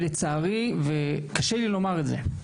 לצערי, וקשה לי לומר את זה,